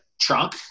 trunk